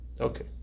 Okay